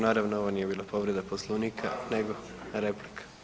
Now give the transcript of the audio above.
Naravno ovo nije bila povreda Poslovnika nego replika.